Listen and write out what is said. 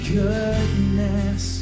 goodness